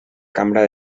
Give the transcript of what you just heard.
cambra